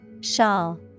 Shawl